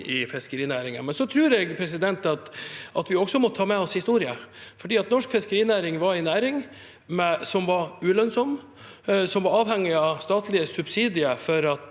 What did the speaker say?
i fiskerinæringen. Så tror jeg at vi også må ta med oss historien, for norsk fiskerinæring var en næring som var ulønnsom, som var avhengig av statlige subsidier for at